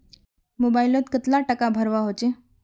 Mobile लोत कतला टाका भरवा होचे?